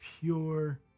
pure